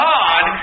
God